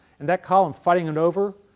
in that column, fighting it over,